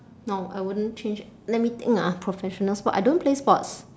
no I wouldn't change let me think ah professional sport I don't play sports